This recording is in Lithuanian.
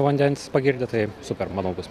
vandens pagirdyt tai super manau bus